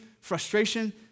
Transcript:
frustration